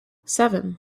seven